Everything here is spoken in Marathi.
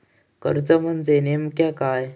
कर्ज म्हणजे नेमक्या काय?